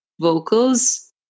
vocals